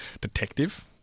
detective